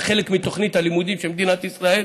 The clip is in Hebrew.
חלק מתוכנית הלימודים של מדינת ישראל,